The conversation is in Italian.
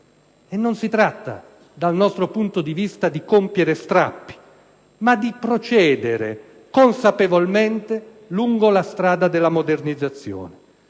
Non si tratta, dal nostro punto di vista, di compiere strappi, ma di procedere consapevolmente lungo la strada della modernizzazione.